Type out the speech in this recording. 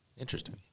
Interesting